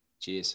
Cheers